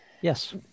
Yes